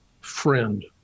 friend